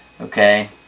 Okay